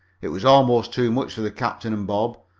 it was almost too much for the captain and bob,